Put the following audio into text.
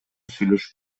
сүйлөшүп